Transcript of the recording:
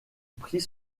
prit